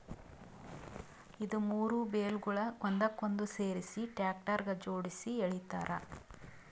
ಇದು ಮೂರು ಬೇಲ್ಗೊಳ್ ಒಂದಕ್ಕೊಂದು ಸೇರಿಸಿ ಟ್ರ್ಯಾಕ್ಟರ್ಗ ಜೋಡುಸಿ ಎಳಿತಾರ್